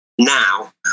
now